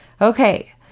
Okay